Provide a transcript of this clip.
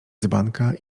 dzbanka